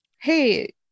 Hey